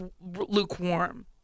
lukewarm